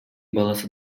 баласы